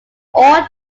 all